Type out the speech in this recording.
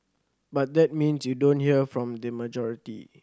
but that means you don't hear from the majority